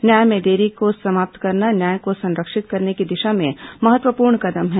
न्याय में देरी को समाप्त करना न्याय को संरक्षित करने की दिशा में महत्वपूर्ण कदम है